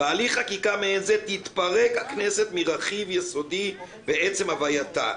בהליך חקיקה מעין זה תתפרק הכנסת מרכיב יסודי בעצם הווייתה,